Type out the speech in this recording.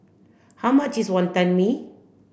how much is Wonton Mee